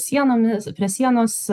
sienomis prie sienos